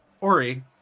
Ori